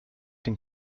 den